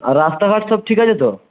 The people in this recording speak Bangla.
আর রাস্তা ঘাট সব ঠিক আছে তো